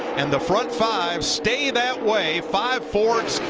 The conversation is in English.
and the front five stay that way, five four,